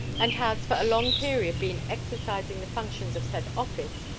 and has for a long period been exercising the functions of said office,